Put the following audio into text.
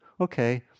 okay